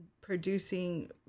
producing